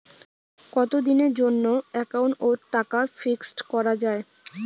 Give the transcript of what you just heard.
কতদিনের জন্যে একাউন্ট ওত টাকা ফিক্সড করা যায়?